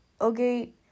okay